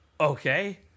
Okay